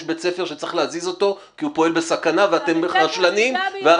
והרשלנות - תגידי בבקשה לראש העיר שנבחר שיטפל ברשלנות שלו.